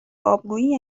آبروئیه